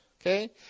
Okay